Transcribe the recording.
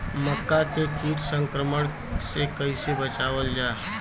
मक्का के कीट संक्रमण से कइसे बचावल जा?